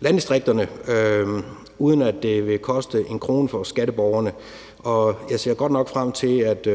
landdistrikterne, uden at det vil koste en krone for skatteborgerne. Jeg ser godt nok frem til, at